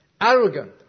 arrogant